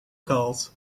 called